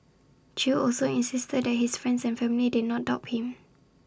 chew also insisted that his friends and family did not doubt him